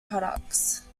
products